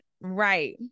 right